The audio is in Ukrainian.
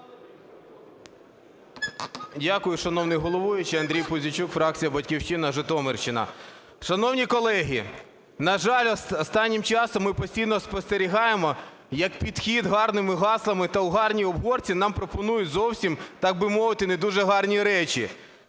Дякую, шановний головуючий. Андрій Пузійчук, фракція "Батьківщина", Житомирщина. Шановні колеги, на жаль, останнім часом ми постійно спостерігаємо, як підхід гарними гаслами та у гарній обгортці нам пропонують зовсім, так би мовити, не дуже гарні речі.